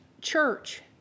church